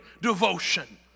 devotion